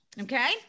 Okay